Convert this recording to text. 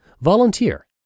volunteer